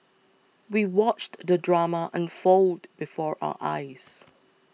we watched the drama unfold before our eyes